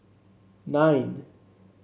nine